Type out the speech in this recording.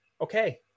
okay